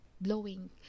blowing